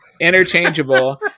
interchangeable